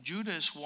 Judas